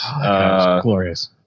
Glorious